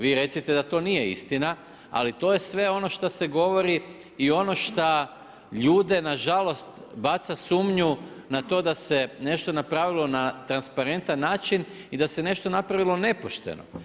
Vi recite da to nije istina, a li to je sve ono šta se govori i ono šta ljude nažalost baca sumnju na to da se nešto napravilo na transparentan način i da se nešto napravilo nepošteno.